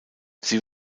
sie